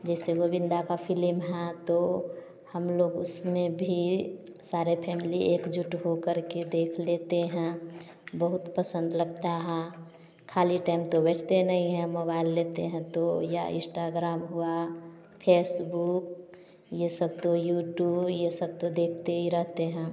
जैसे गोविंदा का फिलिम है तो हम लोग उसमें भी सारे फैमिली एकजुट होकर के देख लेते हैं बहुत पसंद लगता है खाली टाइम को बैठते नहीं है मोबाइल लेते हैं तो या इंस्टाग्राम हुआ फेसबुक ये सब तो यूट्यूब ये सब तो देखते ही रहते हैं